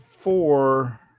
four